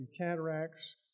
cataracts